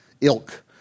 ilk